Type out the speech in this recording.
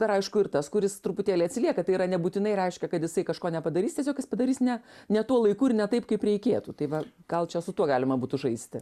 dar aišku ir tas kuris truputėlį atsilieka tai yra nebūtinai reiškia kad jisai kažko nepadarys tiesiog jis padarys ne ne tuo laiku ir ne taip kaip reikėtų tai va gal čia su tuo galima būtų žaisti